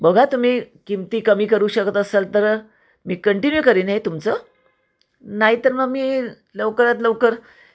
बघा तुम्ही किमती कमी करू शकत असाल तर मी कंटिन्यू करीन तुमचं नाहीतर मग मी लवकरात लवकर